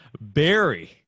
Barry